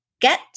get